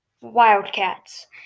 Wildcats